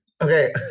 Okay